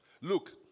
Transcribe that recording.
Look